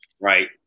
right